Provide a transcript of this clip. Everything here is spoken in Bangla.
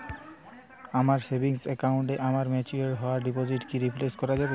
আমার সেভিংস অ্যাকাউন্টে আমার ম্যাচিওর হওয়া ডিপোজিট কি রিফ্লেক্ট করতে পারে?